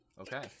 Okay